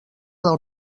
del